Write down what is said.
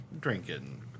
drinking